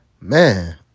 man